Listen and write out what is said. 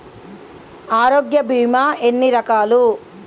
ఆరోగ్య బీమా ఎన్ని రకాలు?